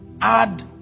add